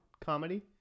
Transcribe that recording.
comedy